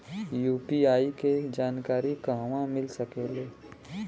UPI के जानकारी कहवा मिल सकेले?